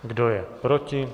Kdo je proti?